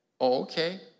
Okay